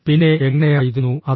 പിന്നെ എങ്ങനെയായിരുന്നു അത്